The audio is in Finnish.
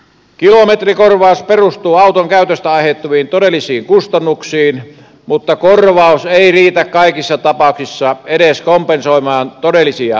kilometrikorvaus perustuu auton käytöstä aiheutuviin todellisiin kustannuksiin mutta korvaus ei riitä kaikissa tapauksissa edes kompensoimaan todellisia kustannuksia